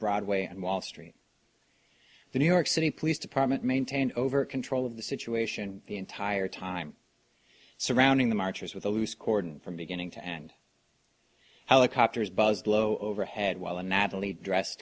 broadway and wall street the new york city police department maintained over control of the situation the entire time surrounding the marchers with a loose cordon from beginning to end helicopters buzzed low overhead while a nattily dressed